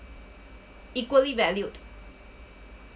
equally valued